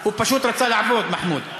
הוא פשוט רצה לעבוד, מחמוד.